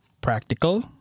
practical